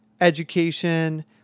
education